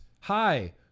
hi